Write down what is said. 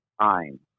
time